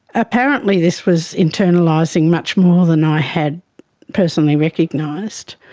apparently this was internalising much more than i had personally recognised,